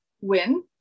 win